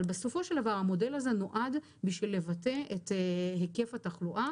אבל בסופו של דבר המודל הזה נועד בשביל לבטא את היקף התחלואה